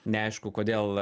neaišku kodėl